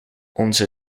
onze